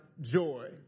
joy